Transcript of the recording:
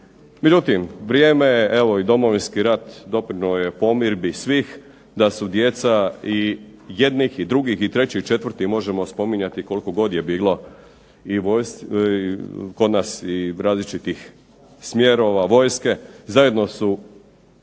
Međutim, vrijeme je evo i Domovinski rat doprinio je pomirbi svih da su djeca i jednih i drugih i trećih i četvrtih možemo spominjati koliko god je bilo kod nas i različitih smjerova vojske